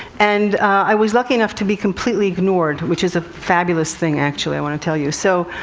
and i was lucky enough to be completely ignored, which is a fabulous thing, actually, i want to tell you. so,